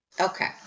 Okay